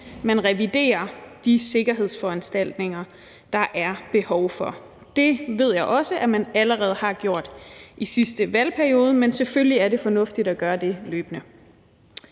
man reviderer de sikkerhedsforanstaltninger, der er behov for. Det ved jeg også man allerede har gjort i sidste valgperiode, men selvfølgelig er det fornuftigt at gøre det løbende.